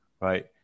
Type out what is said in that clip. right